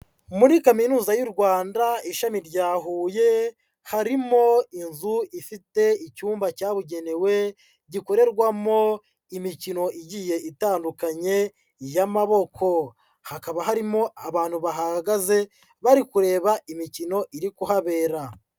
Muri Kaminuza y'u Rwanda Ishami rya Huye, harimo inzu ifite icyumba cyabugenewe gikorerwamo imikino igiye itandukanye y'amaboko. Hakaba harimo abantu bahahagaze, bari kureba imikino iri kuhabera.